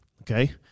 Okay